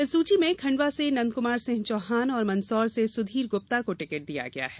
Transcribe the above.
इस सूची में खंडवा से नंदकुमार सिंह चौहान और मंदसौर से सुधीर गुप्ता को टिकट दिया गया है